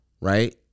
Right